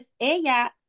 ella